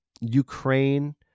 Ukraine